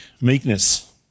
meekness